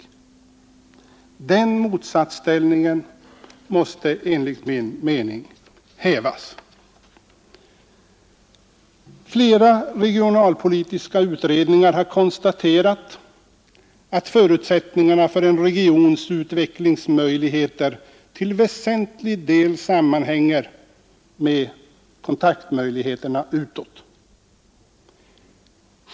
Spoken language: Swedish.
Den motsatsställningen måste enligt min mening hävas. Flera regionalpolitiska utredningar har konstaterat att förutsättningarna för en regions utvecklingsmöjligheter till väsentlig del sammanhänger med kontaktmöjligheterna utåt.